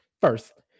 First